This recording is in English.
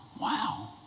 Wow